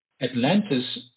Atlantis